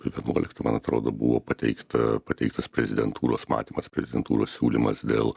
vienuoliktą man atrodo buvo pateikta pateiktas prezidentūros matymas prezidentūros siūlymas dėl